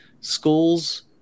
schools